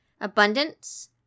Abundance